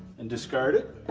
and discard it.